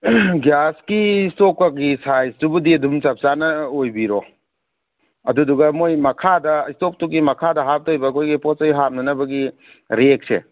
ꯒ꯭ꯌꯥꯁꯀꯤ ꯁ꯭ꯇꯣꯞꯀꯒꯤ ꯁꯥꯏꯖꯇꯨꯕꯨꯗꯤ ꯑꯗꯨꯝ ꯆꯞ ꯆꯥꯅ ꯑꯣꯏꯕꯤꯔꯣ ꯑꯗꯨꯗꯨꯒ ꯃꯣꯏ ꯃꯈꯥꯗ ꯁ꯭ꯇꯣꯞꯇꯨꯒꯤ ꯃꯈꯥꯗ ꯍꯥꯞꯇꯣꯏꯕ ꯑꯩꯈꯣꯏꯒꯤ ꯄꯣꯠ ꯆꯩ ꯍꯥꯞꯅꯅꯕꯒꯤ ꯔꯦꯛꯁꯦ